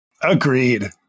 Agreed